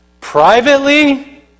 privately